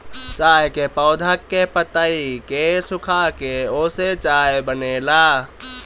चाय के पौधा के पतइ के सुखाके ओसे चाय बनेला